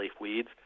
weeds